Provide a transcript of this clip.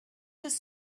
his